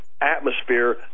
atmosphere